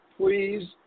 Please